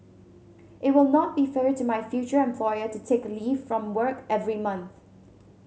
it will not be fair to my future employer to take leave from work every month